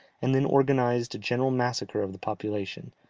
and then organized a general massacre of the population,